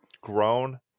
grown